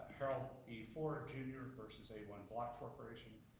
harold e. ford, jr. versus a one block corporation,